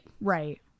right